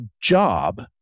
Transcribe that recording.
job